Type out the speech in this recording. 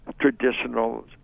traditional